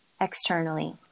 externally